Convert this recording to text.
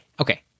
Okay